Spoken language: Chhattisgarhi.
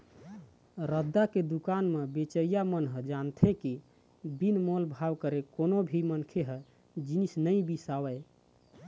रद्दा के दुकान म बेचइया मन ह जानथे के बिन मोल भाव करे कोनो भी मनखे ह जिनिस नइ बिसावय